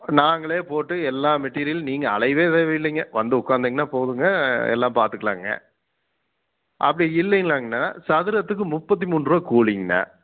நாங்களே போட்டு எல்லா மெட்டீரியலும் நீங்கள் அலையவே தேவையில்லிங்க வந்து உட்காந்திங்கனா போதுங்க எல்லாம் பார்த்துக்கலாங்குங்க அப்படி இல்லைங்கலாங்கு அண்ணா சதுரத்துக்கு முப்பத்து மூன்றுரூவா கூலிங்க அண்ணா